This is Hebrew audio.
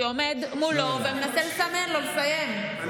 שעומד מולו ומנסה לסמן לו לסיים,